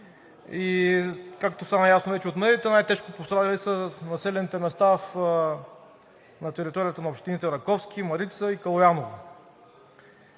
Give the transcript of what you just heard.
и както стана ясно вече от медиите, най-тежко пострадали са населените места на територията на общините Раковски, Марица и Калояново.